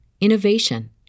innovation